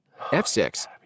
F6